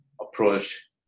approach